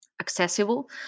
accessible